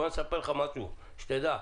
בוא אני אספר לך משהו, שתדע: